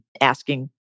asking